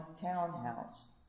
townhouse